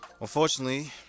Unfortunately